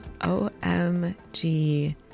OMG